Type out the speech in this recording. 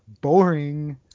boring